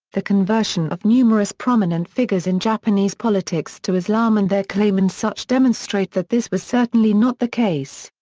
the conversion of numerous prominent figures in japanese politics to islam and their claim and such demonstrate that this was certainly not the case.